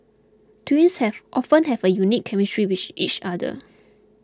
twins have often have a unique chemistry with each other